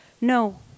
No